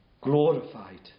glorified